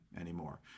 anymore